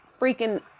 freaking